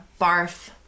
barf